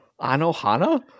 Anohana